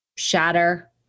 shatter